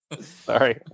Sorry